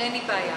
אין לי בעיה.